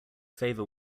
favor